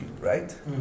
right